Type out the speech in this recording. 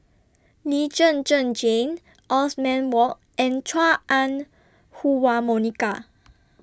Lee Zhen Zhen Jane Othman Wok and Chua Ah Huwa Monica